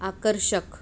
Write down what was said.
आकर्षक